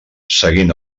seguint